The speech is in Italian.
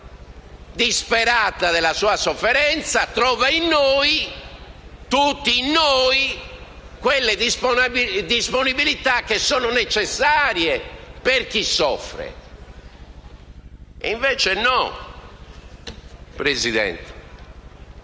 rappresentazione disperata della sua sofferenza trova in noi, tutti noi, quelle disponibilità che sono necessarie a chi soffre. Invece no, signor Presidente.